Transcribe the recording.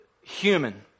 human